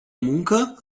muncă